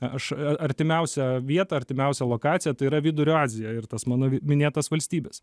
aš artimiausią vietą artimiausią lokaciją tai yra vidurio azija ir tas mano minėtas valstybes